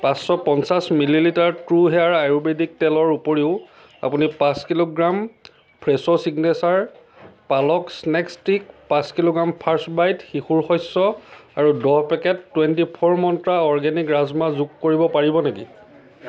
পাঁচশ পঞ্চাছ millilitre ট্ৰো হেয়াৰ আয়ুৰ্বেদিক তেলৰ উপৰিও আপুনি পাঁচ kilogram Fresho signature palak snack stick পাঁচ কিলোগ্ৰাম ফাৰ্ষ্ট বাইট শিশুৰ শস্য আৰু দহ packet twenty four Mantra organic rajma যোগ কৰিব পাৰিব নেকি